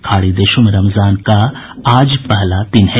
खाड़ी देशों में रमजान की आज पहला दिन है